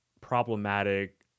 problematic